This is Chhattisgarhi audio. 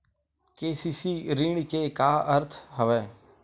के.सी.सी ऋण के का अर्थ हवय?